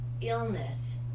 illness